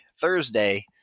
Thursday